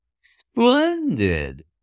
Splendid